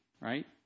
right